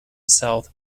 south